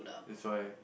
that's why